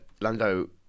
Lando